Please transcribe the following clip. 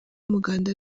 umuganda